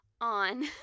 on